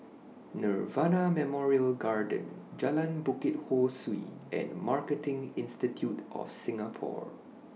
Nirvana Memorial Garden Jalan Bukit Ho Swee and Marketing Institute of Singapore